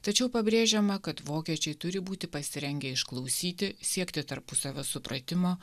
tačiau pabrėžiama kad vokiečiai turi būti pasirengę išklausyti siekti tarpusavio supratimo